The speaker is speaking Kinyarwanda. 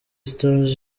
stars